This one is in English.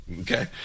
Okay